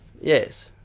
Yes